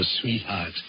sweetheart